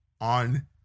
on